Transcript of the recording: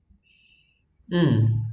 um